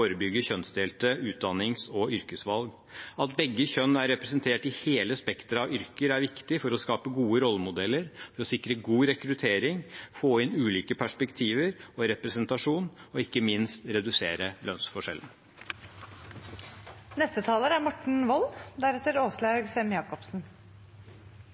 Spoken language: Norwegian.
kjønnsdelte utdannings- og yrkesvalg. At begge kjønn er representert i hele spekteret av yrker, er viktig for å skape gode rollemodeller, sikre god rekruttering, få inn ulike perspektiver og representasjon – og ikke minst redusere